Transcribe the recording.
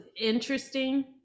interesting